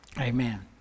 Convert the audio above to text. Amen